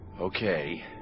Okay